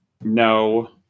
no